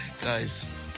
guys